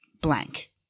blank